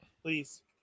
Please